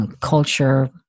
culture